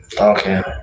Okay